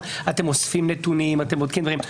אתם אוספים נתונים, אתם בודקים עליהם.